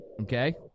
Okay